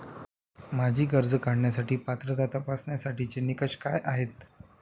माझी कर्ज काढण्यासाठी पात्रता तपासण्यासाठीचे निकष काय आहेत?